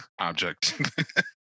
object